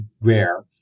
rare